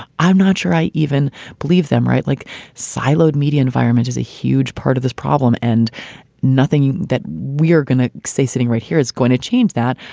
i'm not sure i even believe them. right. like siloed media environment is a huge part of this problem. and nothing that we are going to say sitting right here is going to change that.